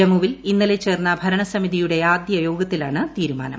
ജമ്മുവിൽ ഇന്നലെ ചേർന്ന ഭരണ സമിതിയുടെ ആദ്യ യോഗത്തിലാണ് തീരുമാനം